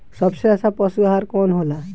सबसे अच्छा पशु आहार कवन हो ला?